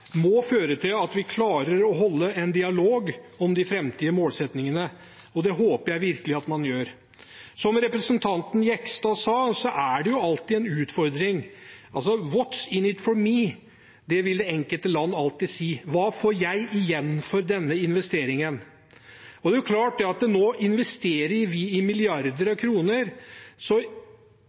må føre til at vi klarer å holde en dialog om de framtidige målsettingene. Det håper jeg virkelig at vi gjør. Som representanten Jegstad sa, er alltid utfordringen: «What’s in it for me?» Det enkelte land vil alltid si: Hva får vi igjen for denne investeringen? Det er klart at nå investerer vi milliarder av kroner, så